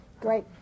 Great